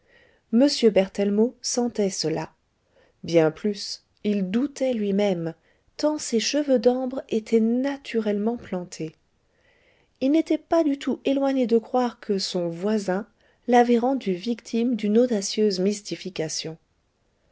m berthellemot sentait cela bien plus il doutait lui-même tant ces cheveux d'ambre étaient naturellement plantés il n'était pas du tout éloigné de croire que son voisin l'avait rendu victime d'une audacieuse mystification